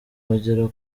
bagera